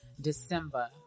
December